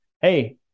hey